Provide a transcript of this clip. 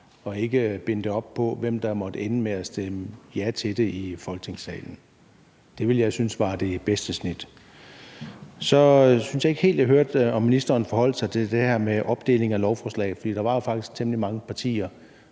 og ikke binde det op på, hvem der måtte ende med at stemme for det i Folketingssalen. Det ville jeg synes var det bedste snit. Så synes jeg ikke helt, jeg hørte, om ministeren forholdt sig til det her med en opdeling af lovforslaget, for der var faktisk temmelig mange partier,